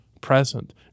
present